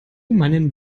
meinen